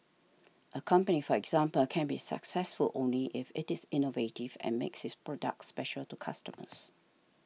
a company for example can be successful only if it is innovative and makes its products special to customers